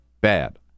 bad